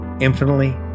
infinitely